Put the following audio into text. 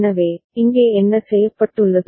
எனவே இங்கே என்ன செய்யப்பட்டுள்ளது